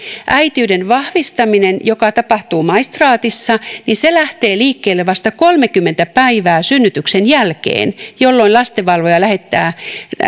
äitiyden vahvistaminen joka tapahtuu maistraatissa lähtee liikkeelle vasta kolmekymmentä päivää synnytyksen jälkeen jolloin lastenvalvoja lähettää